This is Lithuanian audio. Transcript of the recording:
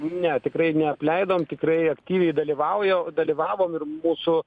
ne tikrai neapleidom tikrai aktyviai dalyvauja dalyvavom ir mūsų